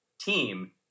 team